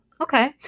Okay